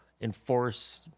enforce